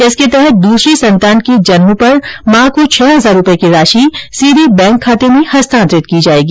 इसके तहत दूसरी संतान के जन्म पर मां को छह हजार रूपए की राशि सीधे बैंक खाते में हस्तांतरित की जाएगी